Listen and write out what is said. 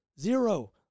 zero